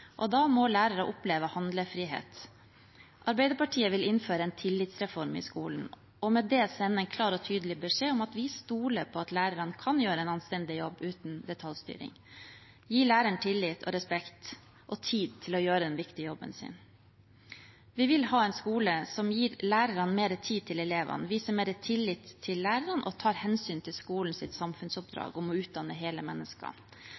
Og da må lærere oppleve handlefrihet. Arbeiderpartiet vil innføre en tillitsreform i skolen og med det sende en klar og tydelig beskjed om at vi stoler på at lærerne kan gjøre en anstendig jobb uten detaljstyring. Gi læreren tillit, respekt og tid til å gjøre den viktige jobben sin. Vi vil ha en skole som gir lærerne mer tid til elevene, viser mer tillit til lærerne og tar hensyn til skolens samfunnsoppdrag om å utdanne hele mennesker.